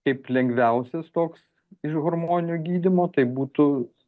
kaip lengviausias toks iš hormoninio gydymo tai būtų